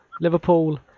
Liverpool